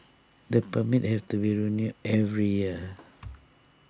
the permits have to be renewed every year